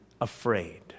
afraid